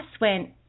went